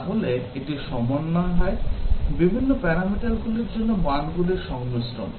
তাহলে এটি সমন্বয় হয় বিভিন্ন প্যারামিটারগুলির জন্য মানগুলির সংমিশ্রণ